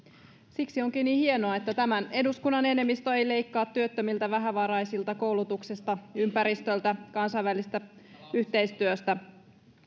siksi onkin niin hienoa että tämän eduskunnan enemmistö ei leikkaa työttömiltä vähävaraisilta koulutuksesta ympäristöltä kansainvälisestä yhteistyöstä